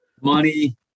Money